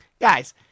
guys